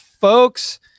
folks